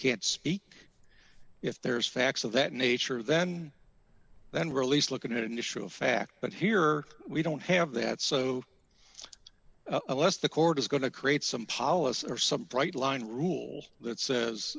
can't speak if there's facts of that nature then then released look at an issue of fact but here we don't have that so let's the court is going to create some policy or some bright line rule that says